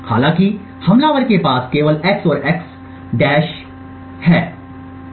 हालाँकि हमलावर के पास केवल x और x क्या है